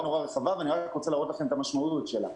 רחבה ואני רק רוצה להראות לכם את המשמעות שלה.